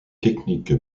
technique